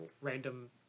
random